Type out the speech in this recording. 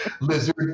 Lizard